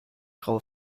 graue